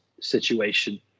situation